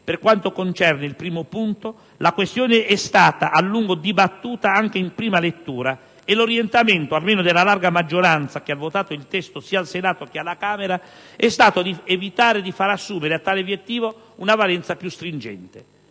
per quanto concerne il primo punto, la questione è stata a lungo dibattuta anche in prima lettura e l'orientamento, almeno della larga maggioranza che ha votato il testo sia al Senato che alla Camera, è stato di evitare di far assumere a tale obiettivo una valenza più stringente.